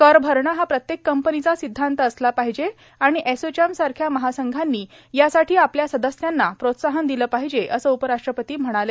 कर भरणं हा प्रत्येक कंपनीचा सिद्वांत असला पाहिजे आणि एसोचॅम सारख्या महासंघांनी यासाठी आपल्या सदस्यांना प्रोत्साहन दिलं पाहिजे असं उपराष्ट्रपती म्हणाले